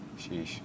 Sheesh